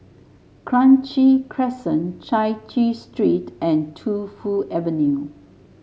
Kranji Crescent Chai Chee Street and Tu Fu Avenue